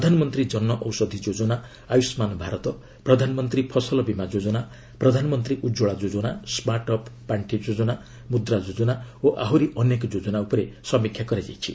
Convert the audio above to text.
ପ୍ରଧାନମନ୍ତ୍ରୀ ଜନ ଔଷଧି ଯୋଜନା ଆୟୁଷ୍ମାନ ଭାରତପ୍ରଧାନମନ୍ତ୍ରୀ ଫସଲ ବୀମା ଯୋଜନା ପ୍ରଧାନମନ୍ତ୍ରୀ ଉଜ୍ଜଳା ଯୋଜନା ଷ୍ଟାର୍ଟ ଅପ ପାର୍ଷି ଯୋଜନା ମୁଦ୍ରା ଯୋଜନା ଓ ଆହୁରି ଅନେକ ଯୋଜନା ଉପରେ ସମୀକ୍ଷା କରାଯାଇଛି